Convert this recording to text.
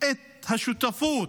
את השותפות